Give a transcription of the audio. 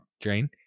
drain